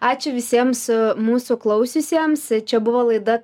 ačiū visiems mūsų klausiusiems čia buvo laida